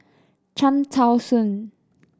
Cham Tao Soon